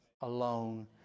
alone